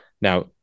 Now